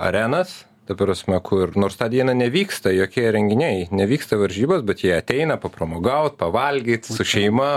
arenas ta prasme kur nors tą dieną nevyksta jokie renginiai nevyksta varžybo bet jie ateina papramogaut pavalgyt su šeima